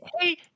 Hey